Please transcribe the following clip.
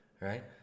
right